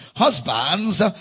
husbands